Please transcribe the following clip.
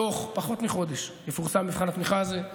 בתוך פחות מחודש יפורסם מבחן התמיכה הזה.